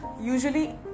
usually